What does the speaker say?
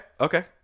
Okay